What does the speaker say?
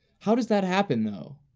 how does that happen though?